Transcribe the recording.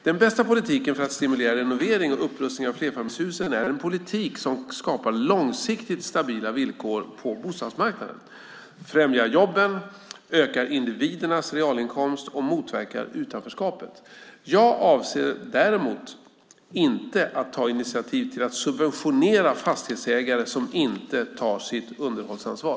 Den bästa politiken för att stimulera renovering och upprustning av flerfamiljshusen är en politik som skapar långsiktigt stabila villkor på bostadsmarknaden, främjar jobben, ökar individernas realinkomst och motverkar utanförskapet. Jag avser inte att ta initiativ till att subventionera fastighetsägare som inte tar sitt underhållsansvar.